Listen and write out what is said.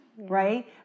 Right